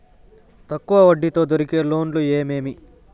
తక్కువ వడ్డీ తో దొరికే లోన్లు ఏమేమి